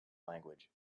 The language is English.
language